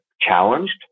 challenged